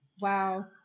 Wow